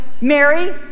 Mary